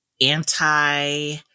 anti